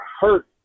hurt